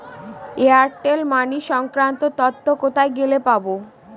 Airtel money সংক্রান্ত তথ্য কোথায় গেলে পাব?